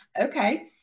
okay